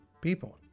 people